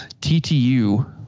TTU